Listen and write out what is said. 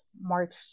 March